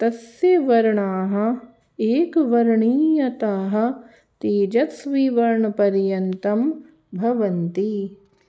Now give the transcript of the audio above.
तस्य वर्णाः एकवर्णीयताः तेजस्वीवर्णपर्यन्तं भवन्ति